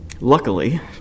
Luckily